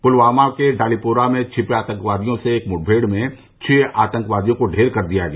पुलवामा के डालीपोरा में छिपे आतंकवादियों से एक मुठभेड़ में छह आतंकियों को ढेर कर दिया गया